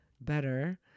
better